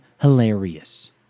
hilarious